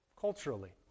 culturally